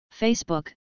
Facebook